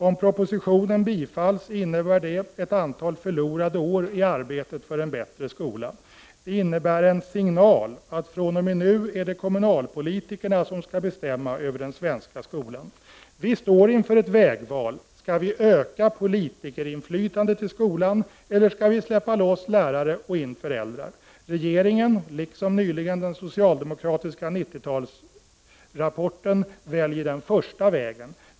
Om propositionen bifalls innebär det ett antal förlorade år i arbetet för en bättre skola. Det innebär en signal att det fr.o.m. nu är kommunalpolitikerna som skall bestämma över den svenska skolan. Vi står inför ett vägval: skall vi öka politikerinflytandet i skolan eller skall vi släppa loss lärare och in föräldrar? Regeringen liksom nyligen den socialdemokratiska 90-talsrapporten väljer den första vägen.